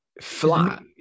flat